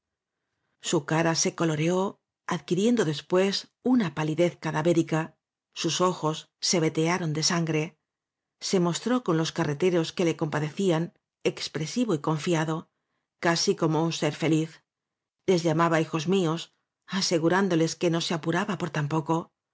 su cara se coloreó adquiriendo despuésuna palidez cadavérica sus ojos se vetearon de sangre se mostró con los carreteros que le compadecían expresivo y confiado casi como un ser feliz les llamaba hijos míos asegurán doles que no se apuraba por